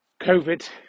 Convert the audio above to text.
COVID